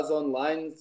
online